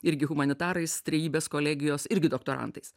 irgi humanitarais trejybės kolegijos irgi doktorantais